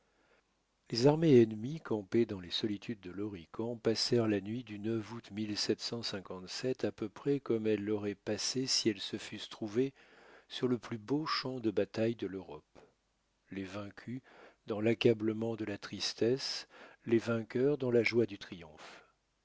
les armées ennemies campées dans les solitudes de l'horican passèrent la nuit du août à peu près comme elles l'auraient passée si elles se fussent trouvées sur le plus beau champ de bataille de l'europe les vaincus dans l'accablement de la tristesse les vainqueurs dans la joie du triomphe